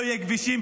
לא יהיו כבישים,